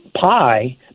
pie